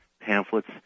pamphlets